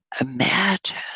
imagine